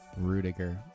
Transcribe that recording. Rudiger